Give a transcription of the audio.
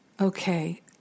Okay